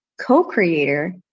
co-creator